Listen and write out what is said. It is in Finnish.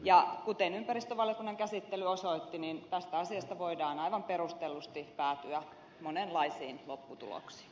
ja kuten ympäristövaliokunnan käsittely osoitti tästä asiasta voidaan aivan perustellusti päätyä monenlaisiin lopputuloksiin